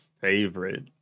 favorite